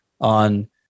on